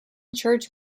church